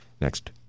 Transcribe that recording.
next